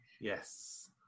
Yes